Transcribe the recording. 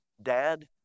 Dad